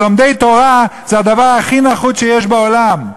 שלומדי תורה זה הדבר הכי נחות שיש בעולם.